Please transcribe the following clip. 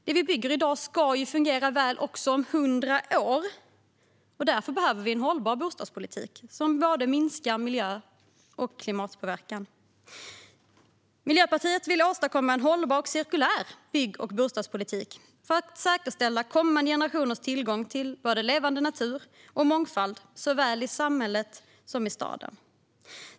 Det vi bygger i dag ska fungera väl också om hundra år, så därför behöver vi en hållbar bostadspolitik som minskar både miljö och klimatpåverkan. Miljöpartiet vill åstadkomma en hållbar och cirkulär bygg och bostadspolitik för att säkerställa kommande generationers tillgång till levande natur och mångfald i såväl samhällen som städer.